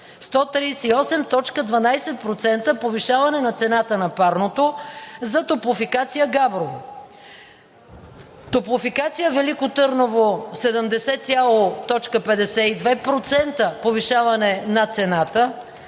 138,12% повишаване цената на парното за „Топлофикация – Габрово“, „Топлофикация – Велико Търново“ – 70,52%, повишаване на цената,